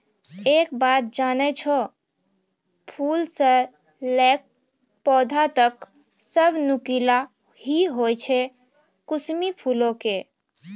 एक बात जानै छौ, फूल स लैकॅ पौधा तक सब नुकीला हीं होय छै कुसमी फूलो के